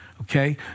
Okay